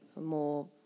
more